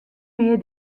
mear